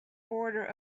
border